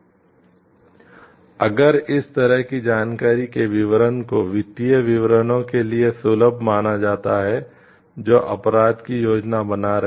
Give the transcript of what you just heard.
इसलिए अगर इस तरह की जानकारी के विवरण को वित्तीय विवरणों के लिए सुलभ माना जाता है जो अपराध की योजना बना रहे हैं